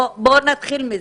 בואו נתחיל בזה.